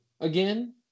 again